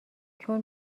چون